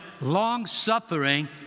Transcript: long-suffering